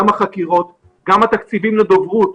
החקירות, גם התקציבים לדוברות,